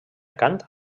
cant